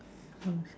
long hair